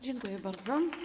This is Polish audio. Dziękuję bardzo.